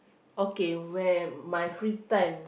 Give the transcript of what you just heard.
okay where my free time